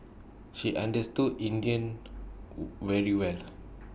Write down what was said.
she understood India very well